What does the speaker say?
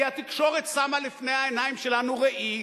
כי התקשורת שמה לפני העיניים שלנו ראי,